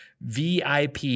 VIP